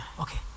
okay